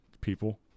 people